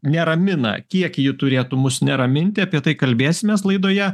neramina kiek ji turėtų mus neraminti apie tai kalbėsimės laidoje